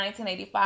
1985